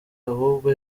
ahubwo